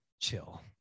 chill